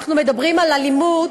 אנחנו מדברים על אלימות,